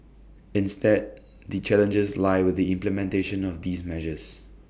instead the challenges lie with the implementation of these measures